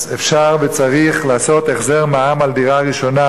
אפשר וצריך לעשות החזר מע"מ על דירה ראשונה